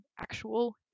actual